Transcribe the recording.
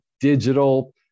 digital